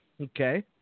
Okay